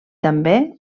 també